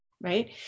right